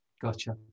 Gotcha